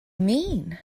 mean